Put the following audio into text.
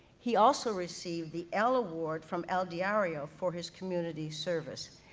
he also received the el award from el diario for his community service.